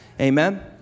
Amen